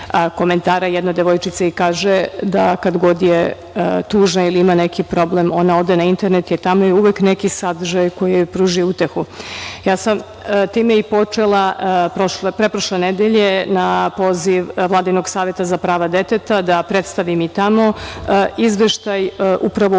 komentara jedna devojčica i kaže da kad god je tužna ili ima neki problem, ona ode na internet jer tamo je uvek neki sadržaj koji joj pruži utehi. Ja sam time i počela pretprošle nedelje na poziv Vladinog Saveta za prava deteta da predstavim i tamo izveštaj, upravo